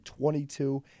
22